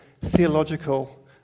theological